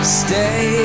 stay